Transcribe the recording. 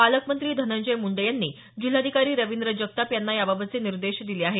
पालकमंत्री धनंजय मुंडे यांनी जिल्हाधिकारी रवींद्र जगताप यांना याबाबतचे निर्देश दिले आहेत